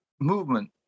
movement